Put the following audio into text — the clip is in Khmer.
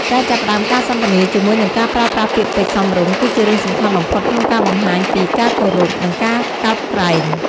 ការចាប់ផ្ដើមការសន្ទនាជាមួយនឹងការប្រើប្រាស់ពាក្យពេចន៍សមរម្យ គឺជារឿងសំខាន់បំផុតក្នុងការបង្ហាញពី ការគោរព និង ការកោតក្រែង។